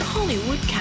Hollywood